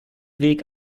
weg